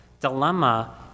dilemma